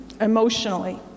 emotionally